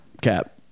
Cap